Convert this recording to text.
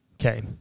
Okay